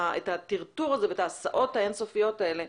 הטרטור הזה ואת ההסעות האין סופיות האלה,